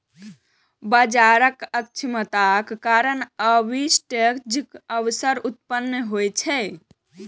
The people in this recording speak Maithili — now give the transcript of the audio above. बाजारक अक्षमताक कारण आर्बिट्रेजक अवसर उत्पन्न होइ छै